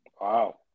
Wow